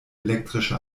elektrische